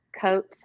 coat